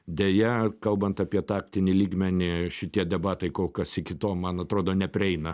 deja kalbant apie taktinį lygmenį šitie debatai kol kas iki to man atrodo neprieina